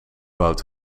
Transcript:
bouwt